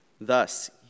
Thus